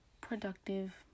productive